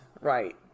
right